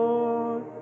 Lord